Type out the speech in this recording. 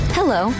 Hello